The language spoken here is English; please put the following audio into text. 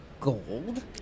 gold